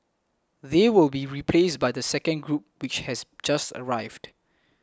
they will be replaced by the second group which has just arrived